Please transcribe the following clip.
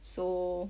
so